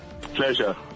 Pleasure